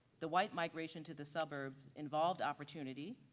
the white migration to the suburbs involved opportunity.